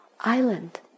island